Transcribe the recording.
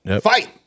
Fight